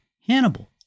Hannibal